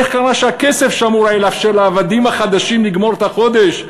איך קרה שהכסף שאמור היה לאפשר לעבדים החדשים לגמור את החודש,